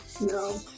No